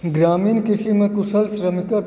ग्रामीण कृषिमे कुशल श्रमिकक